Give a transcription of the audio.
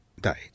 died